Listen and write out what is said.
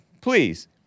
Please